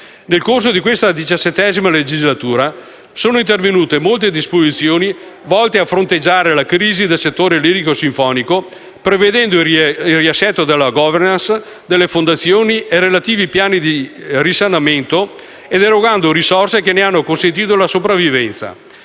Nel corso di questa XVII legislatura sono intervenute molte disposizioni volte a fronteggiare la crisi del settore lirico-sinfonico, prevedendo il riassetto della *governance* delle fondazioni e relativi piani di risanamento ed erogando risorse che ne hanno consentito la sopravvivenza.